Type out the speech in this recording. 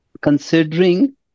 considering